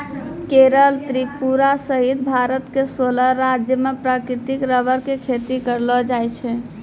केरल त्रिपुरा सहित भारत के सोलह राज्य मॅ प्राकृतिक रबर के खेती करलो जाय छै